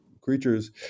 creatures